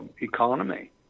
economy